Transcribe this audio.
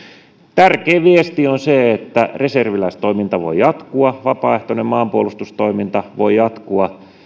tärkein viesti on se että reserviläistoiminta voi jatkua vapaaehtoinen maanpuolustustoiminta voi jatkua